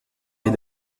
est